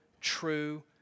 true